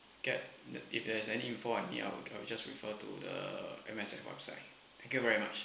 get if there's any info I need I'll I'll just refer to the M_S_F website thank you very much